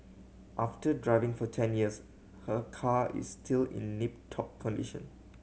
after driving for ten years her car is still in nip top condition